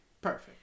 Perfect